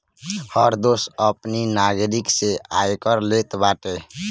हर देस अपनी नागरिक से आयकर लेत बाटे